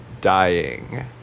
Dying